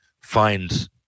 find